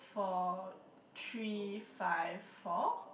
four three five four